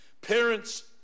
parents